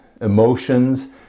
emotions